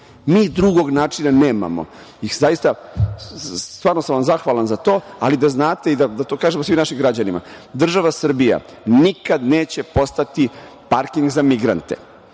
Mi drugog načina nemamo. Stvarno sam vam zahvalan za to. Da znate, da to kažemo svim našim građanima. Država Srbija nikada neće postati parking za migrante.